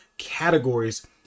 Categories